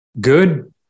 good